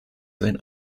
sein